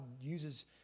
uses